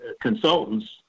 consultants